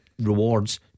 rewards